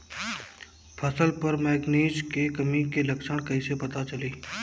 फसल पर मैगनीज के कमी के लक्षण कइसे पता चली?